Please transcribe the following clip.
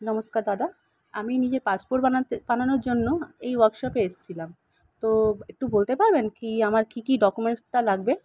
নমস্কার দাদা আমি নিজে পাসপোর্ট বানাতে বানানোর জন্য এই ওয়ার্কশপে এসসিলাম তো একটু বলতে পারবেন কি আমার কী কী ডকুমেন্টসটা লাগবে